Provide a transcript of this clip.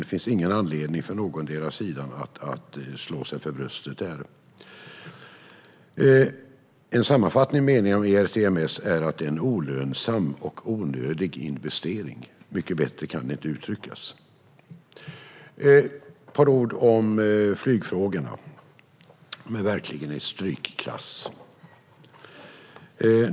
Det finns ingen anledning för någon av sidorna att slå sig för bröstet. En sammanfattande mening om ERTMS är att det är en olönsam och onödig investering. Mycket bättre kan det inte uttryckas. Jag vill säga några ord om flygfrågorna. De är verkligen i strykklass.